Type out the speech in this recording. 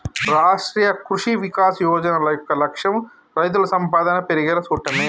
రాష్ట్రీయ కృషి వికాస్ యోజన యొక్క లక్ష్యం రైతుల సంపాదన పెర్గేలా సూడటమే